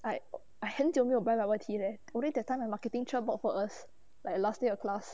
I I 很久没 buy bubble tea leh only that time when marketing charles brought for us like last day of class